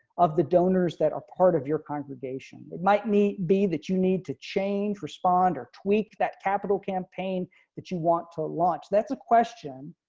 of the donors that are part of your congregation, it might need be that you need to change respond or tweak that capital campaign campaign that you want to launch. that's a question.